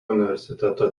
universiteto